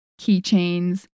keychains